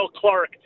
Clark